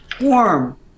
warm